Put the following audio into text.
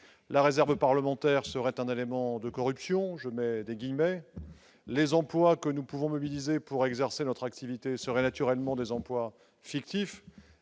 La réserve parlementaire serait un élément de « corruption », les emplois que nous pouvons mobiliser pour exercer notre activité seraient naturellement « fictifs